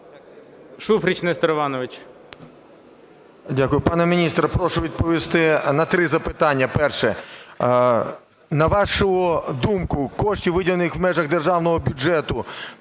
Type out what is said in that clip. Шуфрич Нестор Іванович.